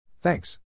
Thanks